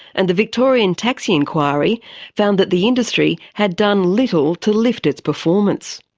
and the victorian taxi inquiry found that the industry had done little to lift its performance.